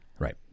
Right